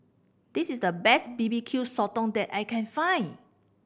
this is the best B B Q Sotong that I can find